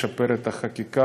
לשפר את החקיקה,